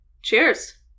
Cheers